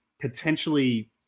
potentially